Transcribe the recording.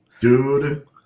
Dude